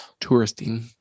touristing